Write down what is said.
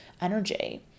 energy